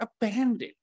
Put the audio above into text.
abandoned